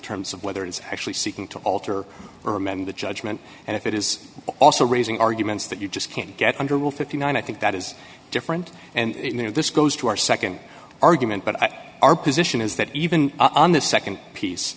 terms of whether it's actually seeking to alter or amend the judgment and if it is also raising arguments that you just can't get under will fifty nine dollars i think that is different and this goes to our nd argument but our position is that even on the nd piece